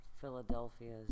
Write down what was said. philadelphia's